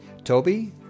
Toby